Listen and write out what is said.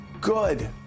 good